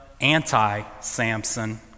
anti-Samson